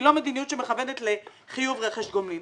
לא מדיניות שמכוונת לחיוב רכש גומלין.